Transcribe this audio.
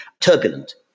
turbulent